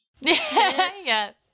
Yes